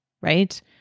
right